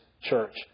church